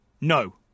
No